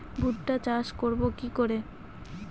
ভুট্টা চাষ করব কি করে?